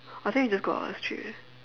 I think we just go out ah it's three already